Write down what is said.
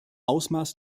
ausmaß